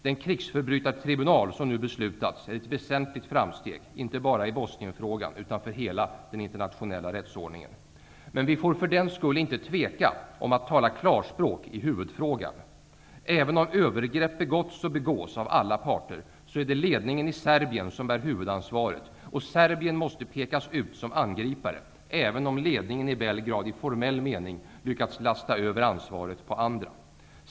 Den krigsförbrytartribunal som nu beslutats om är ett väsentligt framsteg, inte bara för Bosnienfrågan utan för hela den internationella rättsordningen. Men vi får för den skull inte tveka att tala klarspråk i huvudfrågan. Även om övergrepp begåtts och begås av alla parter, är det ledningen i Serbien som bär huvudansvaret. Och Serbien måste pekas ut som angripare, även om ledningen i Belgrad i formell mening lyckats lasta över ansvaret på andra.